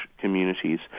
communities